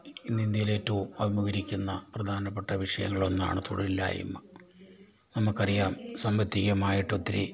ഇന്നിന്ത്യയിൽ ഏറ്റവും അഭിമുഖീകരിക്കുന്ന പ്രധാനപ്പെട്ട വിഷയങ്ങളിൽ ഒന്നാണ് തൊഴിലില്ലായ്മ നമുക്കറിയാം സാമ്പത്തികമായിട്ടൊത്തിരി